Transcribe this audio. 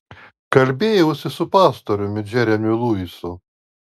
kalbėjausi su pastoriumi džeremiu luisu